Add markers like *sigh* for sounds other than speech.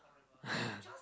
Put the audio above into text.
*laughs*